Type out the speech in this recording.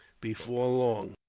before long.